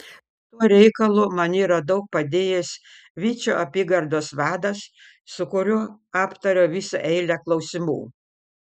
tuo reikalu man yra daug padėjęs vyčio apygardos vadas su kuriuo aptariau visą eilę klausimų